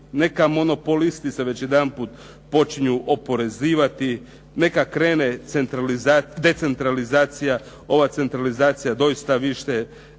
Neka monopolisti se već jedanput počnu oporezivati, neka krene decentralizacija, ova centralizacija doista više